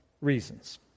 reasons